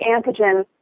antigen